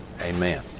amen